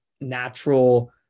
natural